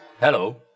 Hello